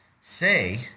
say